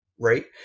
right